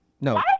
No